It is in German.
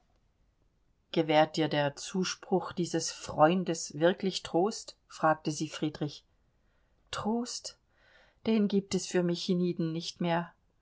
gewährt dir der zuspruch dieses freundes wirklich trost fragte sie friedrich trost den gibt es für mich hienieden nicht mehr